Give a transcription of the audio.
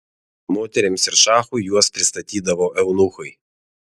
moterims ir šachui juos pristatydavo eunuchai